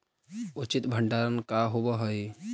उचित भंडारण का होव हइ?